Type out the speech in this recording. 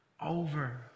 Over